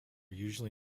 usually